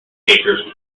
paper